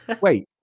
Wait